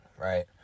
right